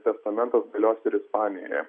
testamentas galios ir ispanijoje